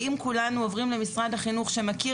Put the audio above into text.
ואם כולנו עוברים למשרד החינוך שמכיר